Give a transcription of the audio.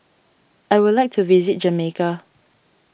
I would like to visit Jamaica